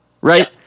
right